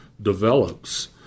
develops